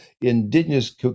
indigenous